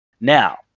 Now